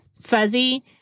Fuzzy